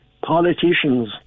politicians